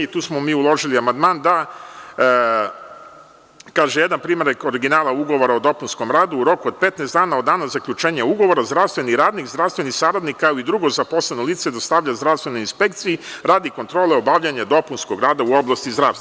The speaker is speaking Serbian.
Mi smo tu uložili amandman da, kaže, jedan primerak originala ugovora o dopunskom radu, u roku od 15 dana od dana zaključenja ugovora, zdravstveni radnik, zdravstveni saradnik, kao i drugo zaposleno lice dostavlja zdravstvenoj inspekciji radi kontrole obavljanja dopunskog rada u oblasti zdravstva.